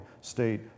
state